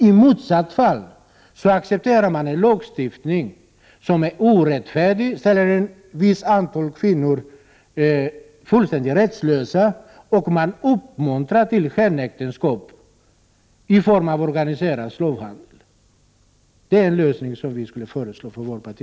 I motsatt fall innebär det att vi accepterar en lagstiftning som är orättfärdig, gör ett viss antal kvinnor fullständigt rättslösa och uppmuntrar till skenäktenskap i form av organiserad slavhandel. Den lösning jag nämnde föreslår vi från vårt parti.